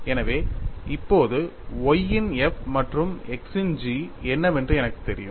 எனவே இப்போது y இன் f மற்றும் x இன் g என்னவென்று எனக்குத் தெரியும்